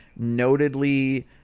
notedly